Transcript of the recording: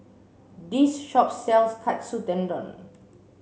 this shop sells Katsu Tendon